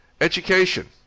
education